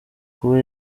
kuba